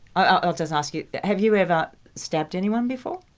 i'll just ask you, have you ever stabbed anyone before?